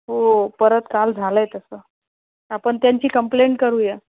हो परत काल झालं आहे तसं आपण त्यांची कंप्लेंट करूया